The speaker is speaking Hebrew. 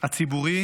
הציבורי